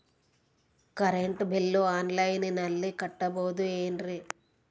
Current bill ಆನ್ಲೈನಿನಲ್ಲಿ ಕಟ್ಟಬಹುದು ಏನ್ರಿ?